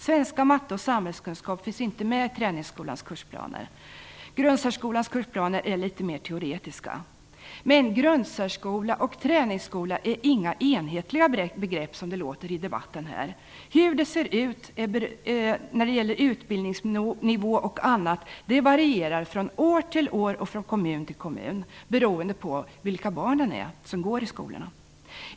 Svenska, matte och samhällskunskap finns inte med i träningsskolans kursplaner. Grundsärskolans kursplaner är litet mer teoretiska. Men grundsärskola och träningsskola är inga enhetliga begrepp, som det låter i debatten här. Hur det ser ut när det gäller utbildningsnivå m.m. varierar från år till år och från kommun till kommun beroende på vilka barn som går i skolorna.